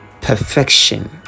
perfection